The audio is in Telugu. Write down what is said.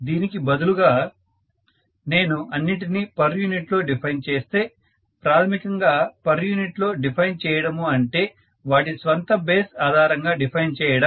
దీనికి బదులుగా నేను అన్నింటినీ పర్ యూనిట్ లో డిఫైన్ చేస్తే ప్రాథమికంగా పర్ యూనిట్ లో డిఫైన్ చేయడము అంటే వాటి స్వంత బేస్ ఆధారంగా డిఫైన్ చేయడం